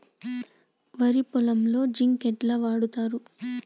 వరి పొలంలో జింక్ ఎట్లా వాడుతరు?